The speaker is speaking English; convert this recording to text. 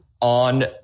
on